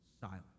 silent